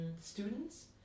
students